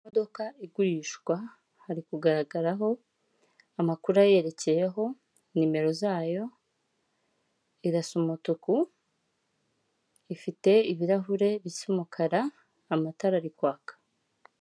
Imodoka igurishwa, hari kugaragaraho amakuru ayerekeyeho, nimero zayo, irasa umutuku, ifite ibirahure bisa umukara, amatara ari kwaka.